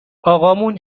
اقامون